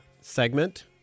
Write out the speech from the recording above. segment